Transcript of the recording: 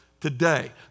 today